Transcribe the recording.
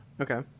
okay